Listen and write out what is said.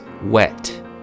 wet